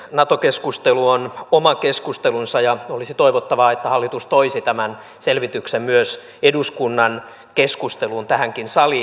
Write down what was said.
nato keskustelu on oma keskustelunsa ja olisi toivottavaa että hallitus toisi tämän selvityksen myös eduskunnan keskusteluun tähän saliin